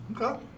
Okay